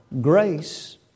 grace